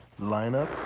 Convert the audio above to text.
lineup